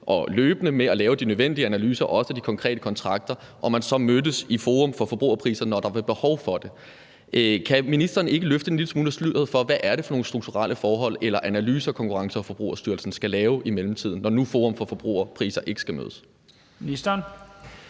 og løbende med at lave de nødvendige analyser og konkrete kontrakter, og at man så mødtes i Forum for Forbrugerpriser, når der blev behov for det. Kan ministeren ikke løfte en lille smule af sløret for, hvad det er for nogle strukturelle forhold eller analyser, Konkurrence- og Forbrugerstyrelsen skal se på og lave i mellemtiden, når nu Forum for Forbrugerpriser ikke skal mødes?